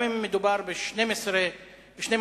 גם אם מדובר ב-12 שנים,